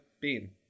bean